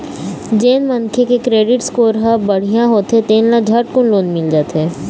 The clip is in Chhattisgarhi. जेन मनखे के क्रेडिट स्कोर ह बड़िहा होथे तेन ल झटकुन लोन मिल जाथे